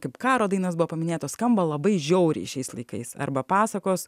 kaip karo dainos buvo paminėtos skamba labai žiauriai šiais laikais arba pasakos